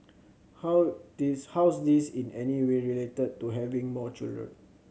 how this how's this in any way related to having more children